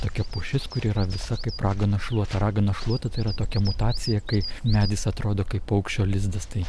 tokia pušis kuri yra visa kaip raganos šluota raganos šluota tai yra tokia mutacija kai medis atrodo kaip paukščio lizdas tai